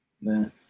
Man